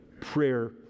prayer